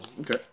Okay